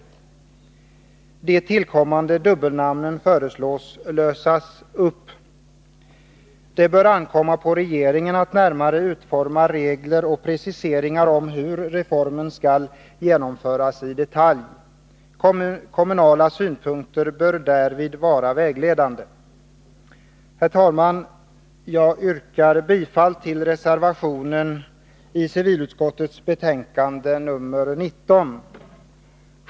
De tillkommande dubbelnamnen föreslås bli upplösta. Det bör ankomma på regeringen att närmare utforma regler och preciseringar om hur reformen skall genomföras i detalj. Kommunala synpunkter bör därvid vara vägledande. Herr talman! Jag yrkar bifall till reservationen vid civilutskottets betänkande nr 19.